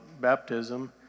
baptism